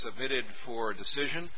submitted for decision